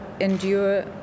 endure